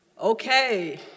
Okay